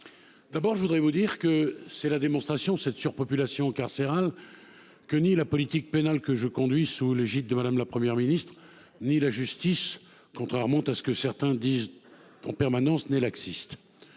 D'abord je voudrais vous dire que c'est la démonstration cette surpopulation carcérale. Que ni la politique pénale, que je conduis, sous l'égide de madame, la Première ministre ni la justice. Contrairement à ce que certains disent qu'en permanence n'est laxiste.